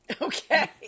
Okay